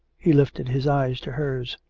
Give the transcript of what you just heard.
he lifted his eyes to hers.